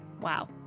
Wow